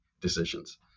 decisions